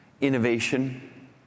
innovation